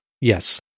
Yes